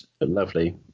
Lovely